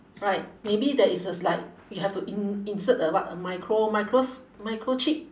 right maybe there is a like you have to in~ insert a what a micro~ micros microchip